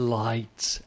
lights